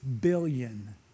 billion